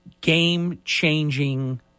game-changing